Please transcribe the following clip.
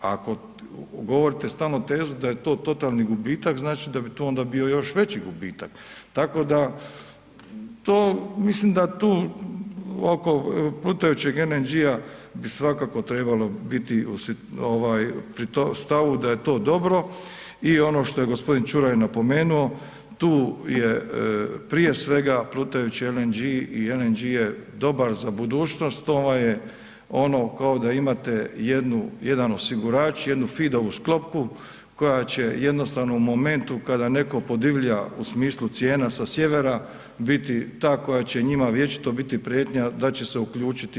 Ako govorite stalno tezu da je to totalni gubitak, znači da bi tu onda bio još veći gubitak tako da to mislim da tu oko plutajućeg LNG-a bi svakako trebalo biti pri stavu da je to dobro i ono što je g. Čuraj napomenuo, tu je prije svega plutajući LNG i LNG je dobar za budućnost, to vam je ono kao da imate jedan osigurač, jednu FID-ovu sklopku koja će jednostavno u momentu kada netko podivlja u smislu cijena sa sjevera, biti ta koja će njima vječito biti prijetnja da će se uključiti ju.